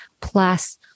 plus